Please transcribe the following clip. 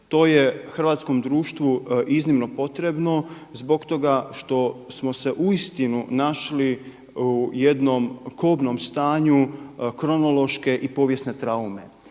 To je hrvatskom društvu iznimno potrebno zbog toga što smo se uistinu našli u jednom kobnom stanju kronološke i povijesne traume,